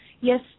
Yes